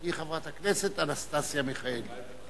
היא חברת הכנסת אנסטסיה מיכאלי.